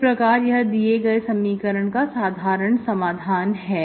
इस प्रकार यह दिए गए समीकरण का साधारण समाधान है